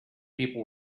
people